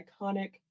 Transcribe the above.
iconic